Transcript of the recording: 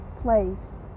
place